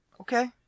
okay